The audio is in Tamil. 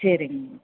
சரிங்க ம்